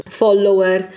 follower